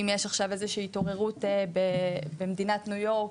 אם יש איזושהי עכשיו התעוררות במדינת ניו יורק,